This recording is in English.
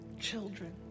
children